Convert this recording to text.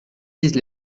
visent